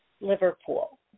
Liverpool